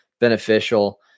beneficial